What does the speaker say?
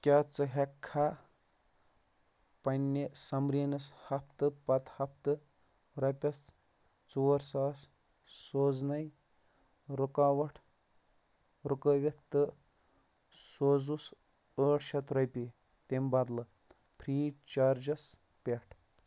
کیٛاہ ژٕ ہٮ۪ککھا پنٛنہِ سَمریٖنَس ہفتہٕ پَتہٕ ہفتہٕ رۄپیَس ژور ساس سوزنَے رُکاوَٹھ رُکٲوِتھ تہٕ سوزُس ٲٹھ شَتھ رۄپیہِ تٔمۍ بدلہٕ فِرٛی چارجَس پٮ۪ٹھ